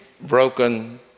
broken